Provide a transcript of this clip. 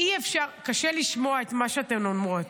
קשה לשמוע את מה שאתן אומרות,